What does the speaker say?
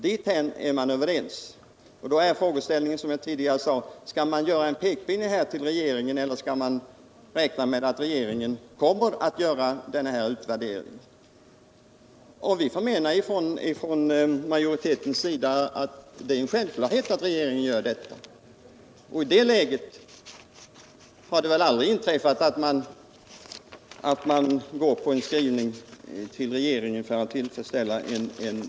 Frågan är då, som jag tidigare sade, om riksdagen skall rikta en pekpinne mot regeringen eller räkna med att regeringen kommer att göra denna utvärdering. Utskottsmajoriteten anser att det är en självklarhet att regeringen kommer att göra detta. I ett sådant läge har det väl aldrig hänt att riksdagen gjort ett uttalande till regeringen bara för att tillfredsställa en minoritet.